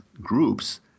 groups